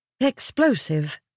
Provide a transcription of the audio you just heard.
explosive